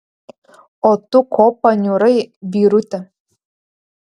o tu ko paniurai vyruti